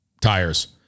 tires